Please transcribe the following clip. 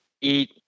eat